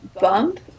bump